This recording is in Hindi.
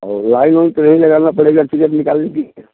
हाँ वह आएँगे ही तो यह ही लगाना पड़ेगा टिकट निकाल लीजिए